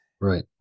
right